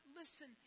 listen